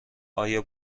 آیا